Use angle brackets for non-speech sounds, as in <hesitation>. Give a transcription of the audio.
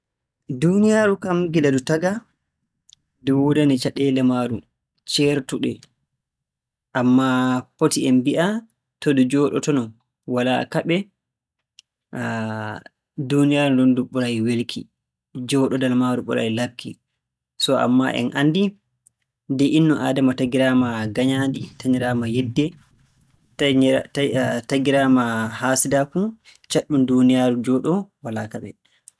Duuniyaaru kam gila ndu tagaa, ndu woodani caɗeele maaru ceertuɗe. Ammaa foti en mbi'a to ndu jooɗotono walaa kaɓe <hesitation> duuniyaaru ndun ndu ɓuray welki. SO ammaa en anndi, nde innu aadama tagiraama nganyaandi, tagiraama yiɗde tanyir- tayir- tagiraama haasidaaku, caɗɗum duuniyaaru njooɗoo walaa kaɓe.